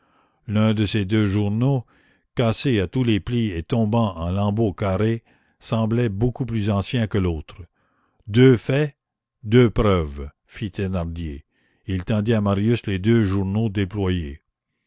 l'un de ces deux journaux cassé à tous les plis et tombant en lambeaux carrés semblait beaucoup plus ancien que l'autre deux faits deux preuves fit thénardier et il tendit à marius les deux journaux déployés